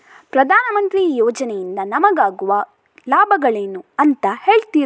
ಪ್ರಧಾನಮಂತ್ರಿ ಯೋಜನೆ ಇಂದ ನಮಗಾಗುವ ಲಾಭಗಳೇನು ಅಂತ ಹೇಳ್ತೀರಾ?